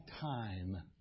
time